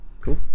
Cool